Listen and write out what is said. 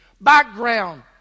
background